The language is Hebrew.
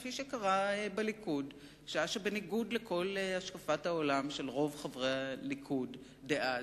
כפי שקרה בליכוד שעה שבניגוד לכל השקפת העולם של רוב חברי הליכוד דאז,